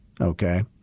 okay